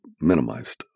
minimized